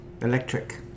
electric